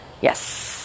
Yes